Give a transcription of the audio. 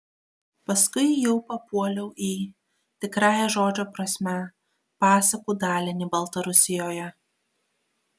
paskui jau papuoliau į tikrąja žodžio prasme pasakų dalinį baltarusijoje